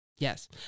Yes